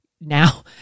now